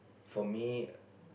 for me